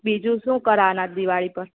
બીજું શું કરાવવાના છો દિવાળી પર